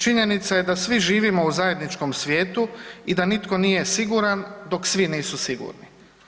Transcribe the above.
Činjenica je da svi živimo u zajedničkom svijetu i da nitko nije siguran dok svi nisu sigurni.